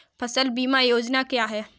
फसल बीमा योजना क्या है?